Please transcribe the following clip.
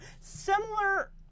Similar